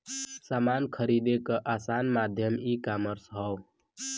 समान खरीदे क आसान माध्यम ईकामर्स हौ